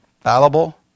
Fallible